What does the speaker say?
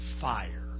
Fire